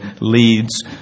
leads